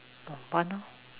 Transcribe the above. oh one lor